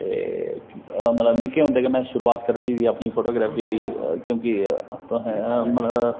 ते निक्के होंदे गै में अपनी शुरूआत करी ओड़ी ही क्योंकि में